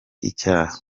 icyaha